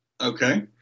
Okay